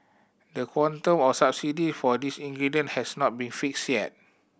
the quantum of subsidy for these ingredient has not been fixed yet